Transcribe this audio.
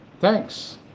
Thanks